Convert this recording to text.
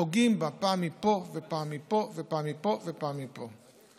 פוגעים בה, פעם מפה ופעם מפה ופעם מפה ופעם מפה.